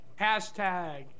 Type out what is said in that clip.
Hashtag